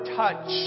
touch